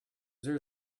there